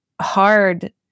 hard